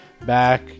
back